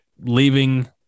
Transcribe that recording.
leaving